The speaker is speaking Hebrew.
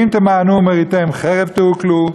ואם תמאנו ומריתם חרב תאֻכּלו,